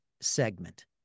segment